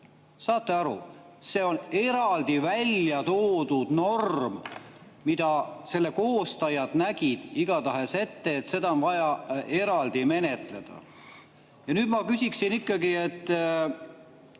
Saate aru? See on eraldi välja toodud norm, selle koostajad nägid igatahes ette, et seda on vaja eraldi menetleda. Ja nüüd ma küsiksin ikkagi, mis